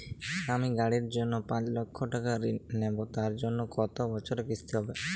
আমি গাড়ির জন্য পাঁচ লক্ষ টাকা ঋণ নেবো তার জন্য কতো বছরের কিস্তি হবে?